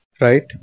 Right